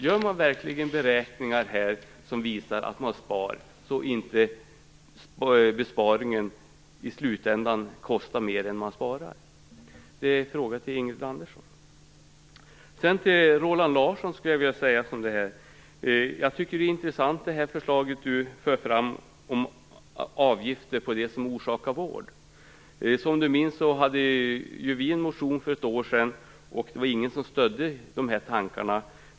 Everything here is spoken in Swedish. Gör man verkligen beräkningar som visar att man spar, så att inte besparingen i slutändan kostar mer än man sparar? Det är min fråga till Ingrid Andersson. Jag tycker att det förslag om avgifter på det som orsakar vård som Roland Larsson för fram är intressant. Som Roland Larsson minns hade Miljöpartiet en motion om det för ett år sedan, men det var ingen som stödde de tankarna.